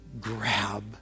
grab